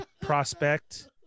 prospect